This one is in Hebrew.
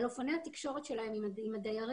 על אופני התקשורת שלהם עם הדיירים,